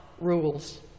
rules